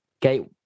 gate